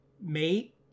mate